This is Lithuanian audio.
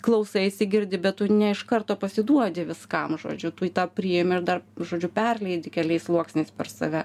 klausaisi girdi bet tu ne iš karto pasiduodi viskam žodžiu tu į tą priimi ir dar žodžiu perleidi keliais sluoksniais per save